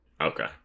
Okay